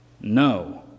no